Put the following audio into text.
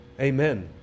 Amen